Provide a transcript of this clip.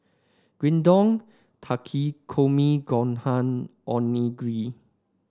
Gyudon Takikomi Gohan Onigiri